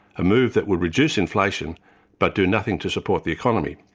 a move that would reduce inflation but do nothing to support the economy.